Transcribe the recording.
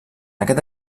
aquest